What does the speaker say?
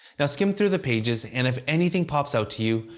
now, skim through the pages and if anything pops out to you,